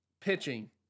pitching